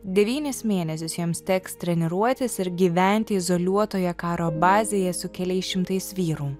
devynis mėnesius joms teks treniruotis ir gyventi izoliuotoje karo bazėje su keliais šimtais vyrų